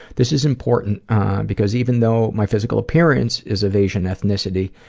this is important because even though my physical appearance is of asian ethnicity,